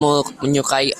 menyukai